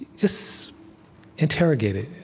just interrogate it,